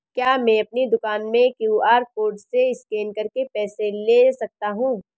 क्या मैं अपनी दुकान में क्यू.आर कोड से स्कैन करके पैसे ले सकता हूँ?